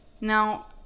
Now